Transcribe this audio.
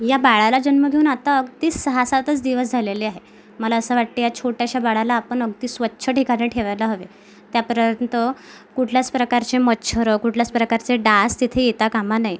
या बाळाला जन्म घेऊन आता अगदी सहासातच दिवस झालेले आहे मला असं वाटते या छोट्याश्या बाळाला आपण अगदी स्वच्छ ठिकाणी ठेवायला हवे त्यापर्यंत कुठल्याच प्रकारचे मच्छरं कुठल्याच प्रकारचे डास तिथे येता कामा नये